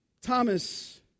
Thomas